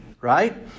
right